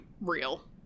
real